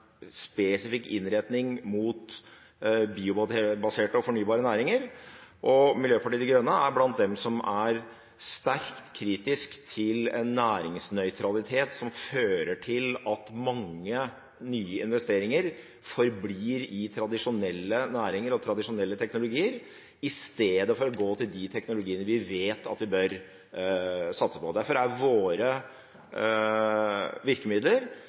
spesifikk innretning mot biobaserte og fornybare næringer. Miljøpartiet De Grønne er blant dem som er sterkt kritiske til næringsnøytralitet, som fører til at mange nye investeringer forblir i tradisjonelle næringer og tradisjonelle teknologier istedenfor å gå til de teknologiene vi vet at vi bør satse på. Derfor er våre virkemidler